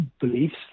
beliefs